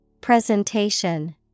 Presentation